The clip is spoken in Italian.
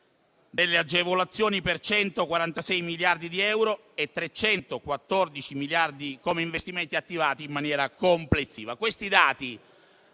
delle agevolazioni per 146 miliardi di euro, con 314 miliardi di euro di investimenti attivati in maniera complessiva.